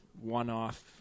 one-off